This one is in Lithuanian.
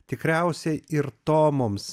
tikriausiai ir to mums